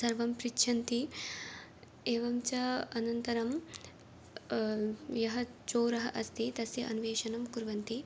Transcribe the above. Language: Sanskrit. सर्वं पृच्छन्ति एवं च अनन्तरं यः चोरः अस्ति तस्य अन्वेषणं कुर्वन्ति